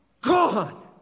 gone